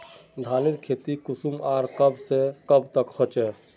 धानेर खेती कुंसम आर कब से कब तक होचे?